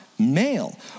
male